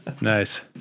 Nice